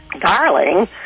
Darling